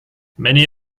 many